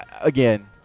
again